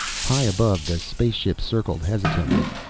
high above, the spaceship circled hesitantly.